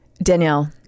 Danielle